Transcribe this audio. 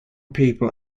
people